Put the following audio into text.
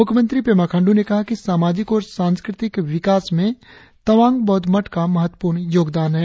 मुख्यमंत्री पेमा खांडू ने कहा कि सामाजिक और सांस्कृतिक विकास में तवांग बौद्ध मठ का महत्वपूर्ण योगदान है